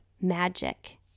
magic